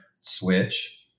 switch